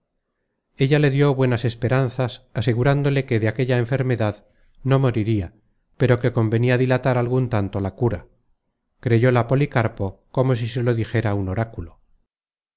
ella le dió buenas esperanzas asegurándole que de aquella enfermedad no mo riria pero que convenia dilatar algun tanto la cura creyóla policarpo como si se lo dijera un oráculo